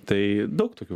tai daug tokių